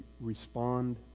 respond